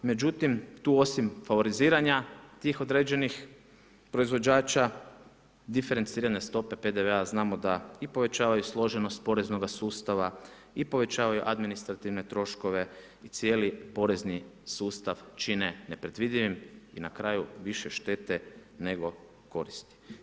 Međutim, tu osim favoriziranja tih određenih proizvođača diferencirane stope PDV-a znamo da i povećavaju složenost poreznoga sustava i povećavaju administrativne troškove i cijeli porezni sustav čine nepredvidivim i na kraju više štete nego koristi.